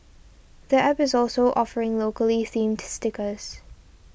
the App is also offering locally themed stickers